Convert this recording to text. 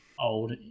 old